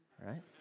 right